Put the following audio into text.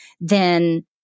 then-